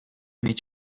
mieć